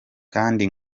kandi